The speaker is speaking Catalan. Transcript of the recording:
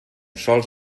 sols